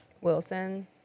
Wilson